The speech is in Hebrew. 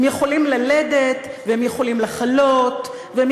הם יכולים ללדת והם יכולים לחלות והם